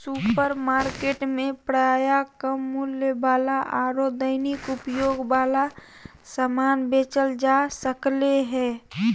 supermarket में प्रायः कम मूल्य वाला आरो दैनिक उपयोग वाला समान बेचल जा सक्ले हें